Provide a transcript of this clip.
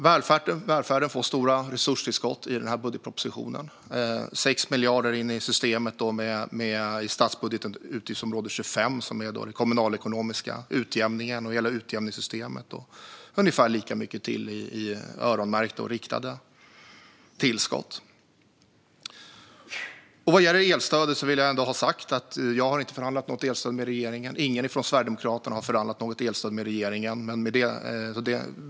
Välfärden får stora resurstillskott i den här budgetpropositionen: 6 miljarder in i systemet i statsbudgetens utgiftsområde 25, som innefattar den kommunalekonomiska utjämningen och hela utjämningssystemet, och ungefär lika mycket i öronmärkta och riktade tillskott. Vad gäller elstödet vill jag ändå ha sagt att jag inte har förhandlat om det med regeringen; ingen från Sverigedemokraterna har förhandlat med regeringen om något elstöd.